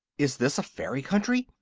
is this a fairy country?